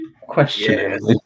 question